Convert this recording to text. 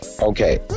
okay